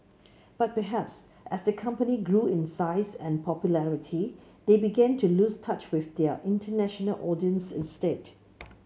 but perhaps as the company grew in size and popularity they began to lose touch with their international audience instead